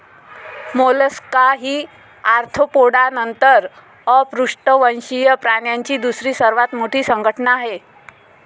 Mollusca ही Arthropoda नंतर अपृष्ठवंशीय प्राण्यांची दुसरी सर्वात मोठी संघटना आहे